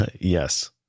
Yes